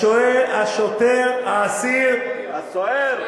השוטר, האסיר, הסוהר.